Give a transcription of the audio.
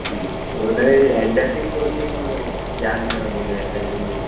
जी ऐं हुन जी हैंड राइटिंग थोरी में हू ध्यानु ॾियणो पवंदो हैंड राइटिंग में